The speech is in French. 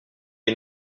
est